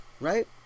right